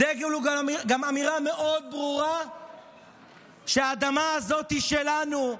דגל הוא גם אמירה מאוד ברורה שהאדמה הזו היא שלנו.